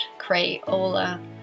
Crayola